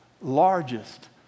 largest